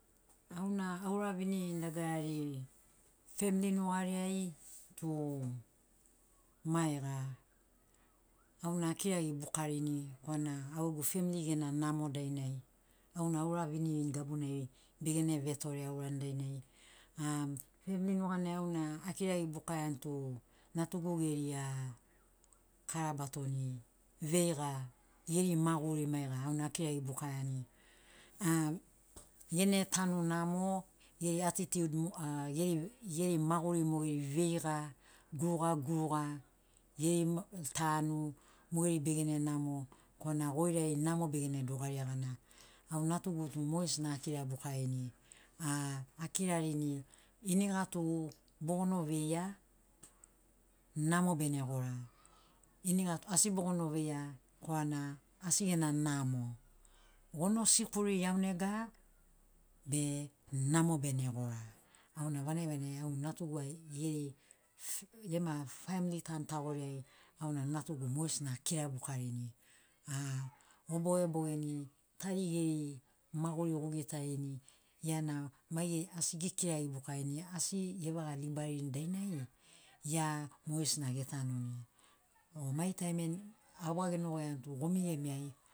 Au na auravinirini dagarari famili nugari ai tu maiga, auna akiragi bukarini korana augegu famili gena namo dainai auna auravinirini gabunai begene vetore aurani dainai, um famili nuganai auna akiragi bukaiani tu natugu geri, a kara batoni veiga geri maguri maiga auna akiragi bukaiani. Um gene tanu namo, geri attitude, geri maguri mo geri veiga, guruga guruga, geri tanu mogeri begene namo korana goirai namo begene dogaria gana, au natugu tu mogesina akira bukarini. A akirarini, iniga tu bogono veia namo bene gora, iniga tu asi bogono veia korana asi gena namo. Gono sikuri iaunega be namo bene gora. Auna vanagi vanagi au natugu geri gema famili tanu tagoriai auna natugu mogesina akira bukarini. A gobogebogeni tari geri maguri gugitarini gia na maigeri asi gikiragi bukarini asi gevaga ribarini dainai gia mogesina getanuni. O mai taimiai awa genogoiani tu gomi gemi ai